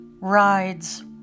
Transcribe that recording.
rides